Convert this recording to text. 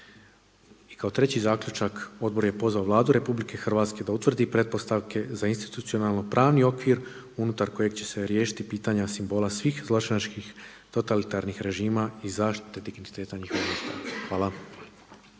I kao treći zaključak Odbor je pozvao Vladu RH da utvrdi pretpostavke za institucionalno pravni okvir unutar kojeg će se riješiti pitanja simbola svih zločinački totalitarnih režima i zaštite digniteta njihovih žrtava. Hvala.